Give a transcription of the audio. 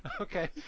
Okay